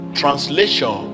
translation